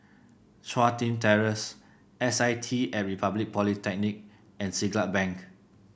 Chun Tin Terrace S I T Republic Polytechnic and Siglap Bank